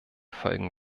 folgen